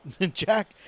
Jack